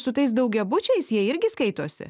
su tais daugiabučiais jie irgi skaitosi